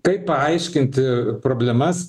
kaip paaiškinti problemas